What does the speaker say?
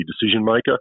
decision-maker